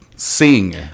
Sing